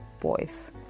boys